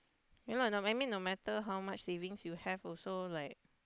ya lah I mean no matter how much saving you have also like